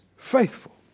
Faithful